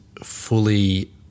fully